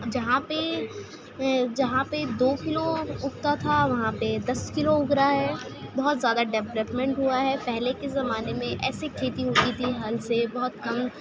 جہاں پہ جہاں پہ دو کلو اگتا تھا وہاں پہ دس کلو اگ رہا ہے بہت زیادہ ڈیولپمنٹ ہوا ہے پہلے کے زمانے میں ایسے کھیتی ہوتی تھی ہل سے بہت کم